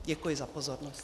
Děkuji za pozornost.